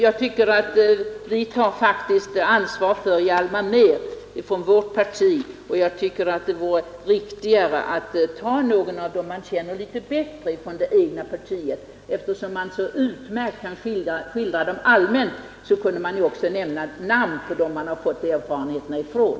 Jag anser att vårt parti faktiskt tar sitt ansvar för Hjalmar Mehr, och jag tycker att det vore riktigare av herr Ahlmark att nämna någon av dem han känner litet bättre från det egna partiet. Eftersom han så utmärkt kan skildra mångsysslarna allmänt, borde han väl också nämna namnet på dem han fått erfarenheterna från,